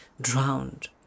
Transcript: drowned